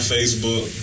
Facebook